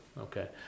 okay